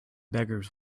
beggars